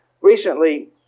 Recently